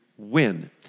win